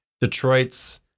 Detroit's